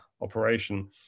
operation